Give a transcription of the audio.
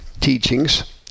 teachings